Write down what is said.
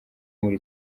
muri